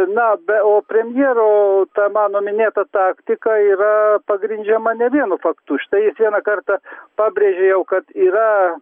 na be o premjero ta mano minėta taktika yra pagrindžiama ne vienu faktu štai jis vieną kartą pabrėžė jau kad yra